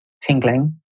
tingling